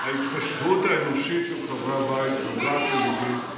ההתחשבות האנושית של חברי הבית נוגעת לליבי,